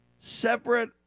separate